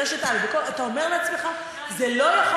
ברשת א' אתה אומר לעצמך: זה לא יכול